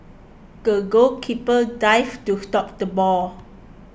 the goalkeeper dived to stop the ball